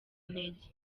intege